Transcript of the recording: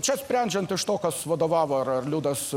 čia sprendžiant iš to kas vadovavo ar ar liudas